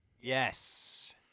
Yes